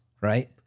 right